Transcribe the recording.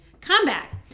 comeback